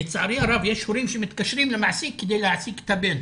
לצערי הרב יש הורים שמתקשרים למעסיק כדי להעסיק את הבן.